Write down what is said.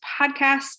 Podcast